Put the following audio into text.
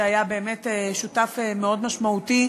שהיה שותף מאוד משמעותי,